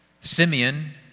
Simeon